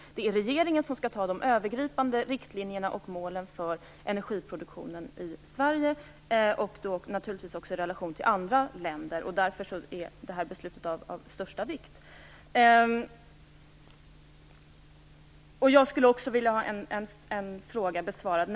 Det är regeringen som skall fatta beslut om de övergripande målen och riktlinjerna för energiproduktionen i Sverige, och då också naturligtvis i relation till andra länder. Därför är det här beslutet av största vikt. Jag skulle också vilja få en annan fråga besvarad.